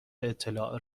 اطلاع